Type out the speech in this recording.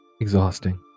exhausting